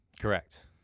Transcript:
Correct